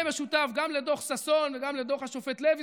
זה מכנה משותף גם לדוח ששון וגם לדוח השופט לוי,